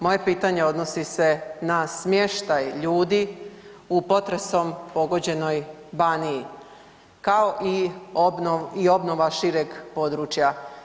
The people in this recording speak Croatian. Moje pitanje odnosi se na smještaj ljudi u potresom pogođenoj Baniji, kao i obnova šireg područja.